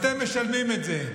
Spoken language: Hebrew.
אתם משלמים את זה.